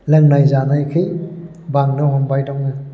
लोंनाय जानायखै बांनो हमबाय दङ